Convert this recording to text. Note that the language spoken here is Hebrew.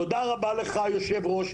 תודה רבה לך יושב הראש,